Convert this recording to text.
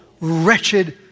wretched